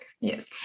Yes